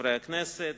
חברי הכנסת,